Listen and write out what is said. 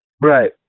Right